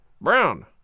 Brown